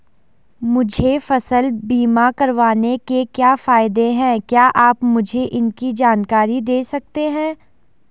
मुझे फसल बीमा करवाने के क्या फायदे हैं क्या आप मुझे इसकी जानकारी दें सकते हैं?